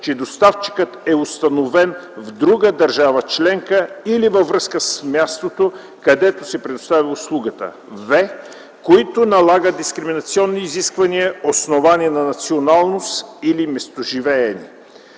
че доставчикът е установен в друга държава членка, или във връзка с мястото, където се предоставя услугата; в) които налагат дискриминационни изисквания, основани на националност или местоживеене.